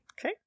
Okay